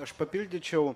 aš papildyčiau